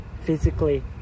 physically